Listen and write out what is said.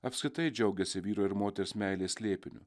apskritai džiaugiasi vyro ir moters meilės slėpiniu